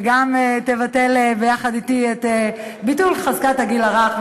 וגם תבטל יחד אתי את חזקת הגיל הרך,